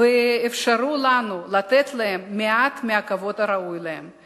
ואפשרו לנו לתת להם מעט מהכבוד הראוי להם.